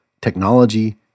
technology